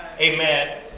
Amen